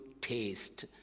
taste